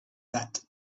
that